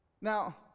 Now